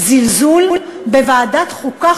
זלזול בוועדת החוקה,